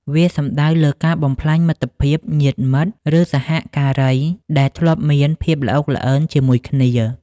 វាសំដៅលើការបំផ្លាញមិត្តភាព ញាតិមិត្ត ឬសហការី ដែលធ្លាប់មានភាពល្អូកល្អឺនជាមួយគ្នា។